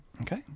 Okay